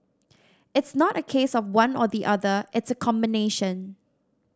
it's not a case of one or the other it's a combination